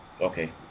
okay